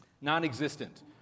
non-existent